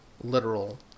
literal